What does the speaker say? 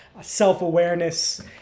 self-awareness